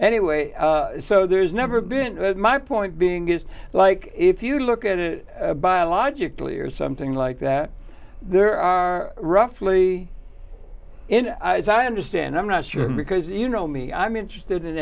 anyway so there's never been my point being is like if you look at it biologically or something like that there are roughly in eyes i understand i'm not sure because you know me i'm interested in